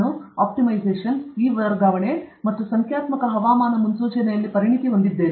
ನಾನು ಆಪ್ಟಿಮೈಜೇಷನ್ ಇ ವರ್ಗಾವಣೆ ಮತ್ತು ಸಂಖ್ಯಾತ್ಮಕ ಹವಾಮಾನ ಮುನ್ಸೂಚನೆಯಲ್ಲಿ ಪರಿಣತಿ ಹೊಂದಿದ್ದೇನೆ